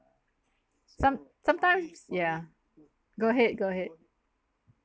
some sometimes yeah go ahead go ahead